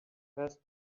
ask